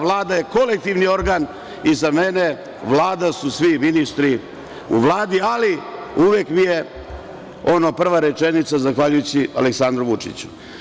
Vlada je kolektivni organ i za mene Vlada su svi ministri u Vladi, ali uvek mi je ona prva rečenica, zahvaljujući Aleksandru Vučiću.